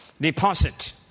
Deposit